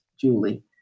Julie